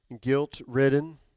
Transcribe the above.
guilt-ridden